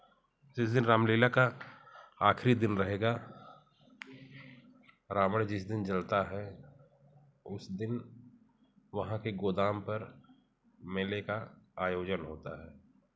जिस दिन रामलीला का आखिरी दिन रहेगा रावण जिस दिन जलता है उस दिन वहाँ के गोदाम पर मेले का आयोजन होता है